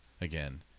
Again